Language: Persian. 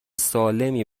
سالمی